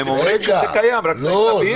הם אומרים שזה קיים, רק צריך להבהיר את זה.